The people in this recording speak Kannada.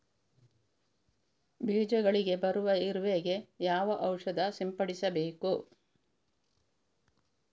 ಬೀಜಗಳಿಗೆ ಬರುವ ಇರುವೆ ಗೆ ಯಾವ ಔಷಧ ಸಿಂಪಡಿಸಬೇಕು?